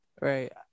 Right